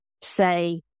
say